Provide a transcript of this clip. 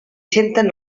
senten